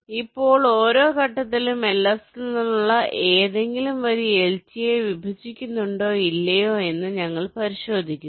ഇപ്പോൾ ഓരോ ഘട്ടത്തിലും LS ൽ നിന്നുള്ള ഏതെങ്കിലും വരി LT യെ വിഭജിക്കുന്നുണ്ടോ ഇല്ലയോ എന്ന് ഞങ്ങൾ പരിശോധിക്കുന്നു